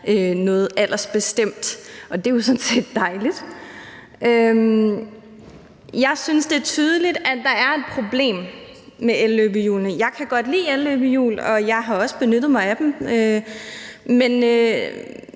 noget aldersbestemt. Og det er jo sådan set dejligt. Jeg synes, det er tydeligt, at der er et problem med elløbehjulene. Jeg kan godt lide elløbehjul, og jeg har også benyttet mig af dem, men